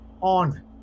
on